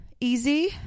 Easy